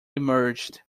emerged